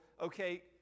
okay